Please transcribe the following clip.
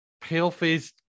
pale-faced